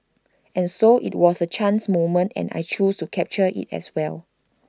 and so IT was A chance moment and I chose to capture IT as well